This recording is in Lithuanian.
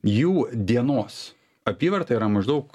jų dienos apyvarta yra maždaug